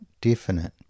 definite